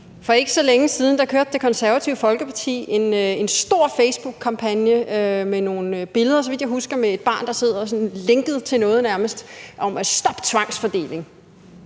For ikke så længe siden kørte Det Konservative Folkeparti en stor facebookkampagne med nogle billeder af et barn, så vidt jeg husker, der sidder sådan nærmest lænket til noget, og med teksten: Stop tvangsfordeling!